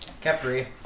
Capri